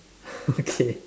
okay